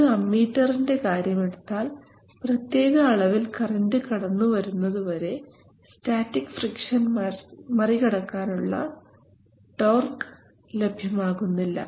ഒരു അമ്മീറ്ററിൻറെ കാര്യമെടുത്താൽ പ്രത്യേക അളവിൽ കറൻറ് കടന്നു വരുന്നതു വരെ സ്റ്റാറ്റിക് ഫ്രിക്ഷൻ മറികടക്കാനുള്ള ട്ടോർഖ് ലഭ്യമാകുന്നില്ല